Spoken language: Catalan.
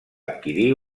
adquirir